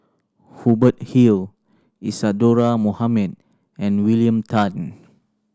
Hubert Hill Isadhora Mohamed and William Tan